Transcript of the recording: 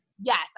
Yes